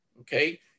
okay